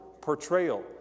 portrayal